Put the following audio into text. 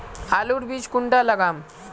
आलूर बीज कुंडा लगाम?